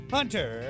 Hunter